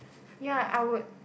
ya I would